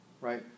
right